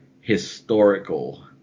historical